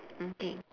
mm K